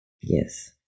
Yes